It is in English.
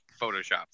Photoshop